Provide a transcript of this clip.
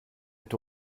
est